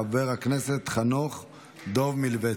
חבר הכנסת חנוך דב מלביצקי.